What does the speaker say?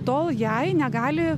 tol jei negali